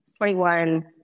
21